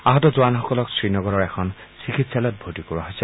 আহত জোৱানসকলক শ্ৰীনগৰৰ এখন চিকিৎসালয়ত ভৰ্তি কৰোৱা হৈছে